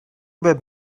über